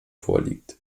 vorliegt